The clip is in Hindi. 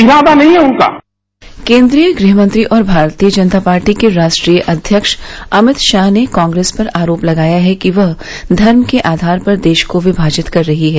इसादा नहीं है उनका केन्द्रीय गृहमंत्री और भारतीय जनता पार्टी के राष्ट्रीय अध्यक्ष अमित शाह ने कांग्रेस पर आरोप लगाया है कि वह धर्म के आधार पर देश को विभाजित कर रही है